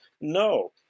No